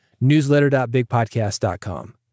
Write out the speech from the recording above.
newsletter.bigpodcast.com